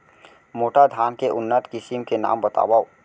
मोटा धान के उन्नत किसिम के नाम बतावव?